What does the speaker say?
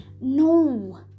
no